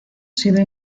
sido